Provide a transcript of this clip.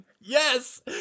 yes